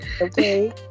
okay